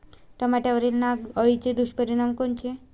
टमाट्यावरील नाग अळीचे दुष्परिणाम कोनचे?